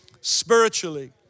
spiritually